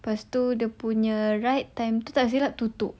lepas tu dia punya right time tak silap tutup